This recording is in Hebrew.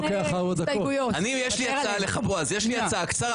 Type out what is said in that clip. בועז, יש לי אליך הצעה.